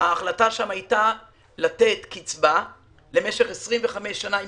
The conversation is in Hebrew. ההחלטה שם הייתה לתת קצבה למשך 25 שנה עם